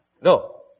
No